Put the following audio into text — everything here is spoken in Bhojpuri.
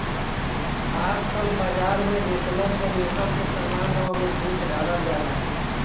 आजकल बाजार में जेतना सब मेकअप के सामान बा ओमे दूध डालल जाला